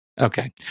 okay